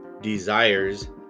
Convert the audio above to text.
desires